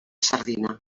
sardina